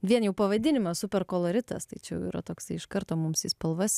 vien jau pavadinimas super koloritas tai čia jau yra toksai iš karto mums į spalvas